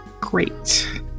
Great